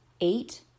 eight